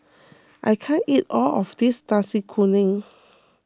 I can't eat all of this Nasi Kuning